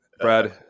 Brad